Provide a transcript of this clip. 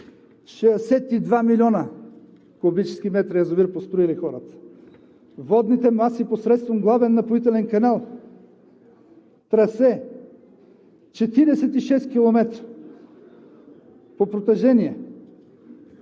62 млн. куб. м построили хората. Водните маси, посредством главен напоителен канал, трасе 46 км по протежение,